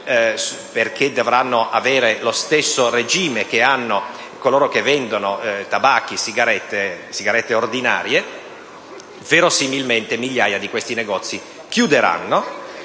(perché dovranno essere sottoposte allo stesso regime di coloro che vendono tabacchi e sigarette ordinarie), verosimilmente migliaia di questi negozi chiuderanno,